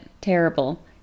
terrible